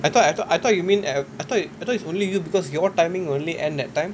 I thought I thought I thought you mean I I thought I thought it's only you because your timing will only end that time